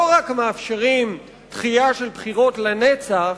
לא רק מאפשרים דחייה של הבחירות לנצח,